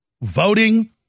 voting